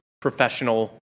professional